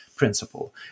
principle